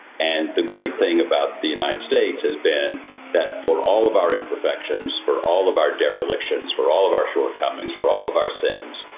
and the great thing about the united states has been that for all of our imperfections, for all of our derelictions, all of our shortcomings, for all of our sins,